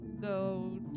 go